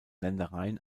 ländereien